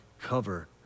cover